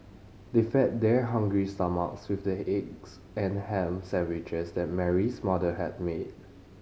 they fed their hungry stomachs with the eggs and ham sandwiches that Mary's mother had made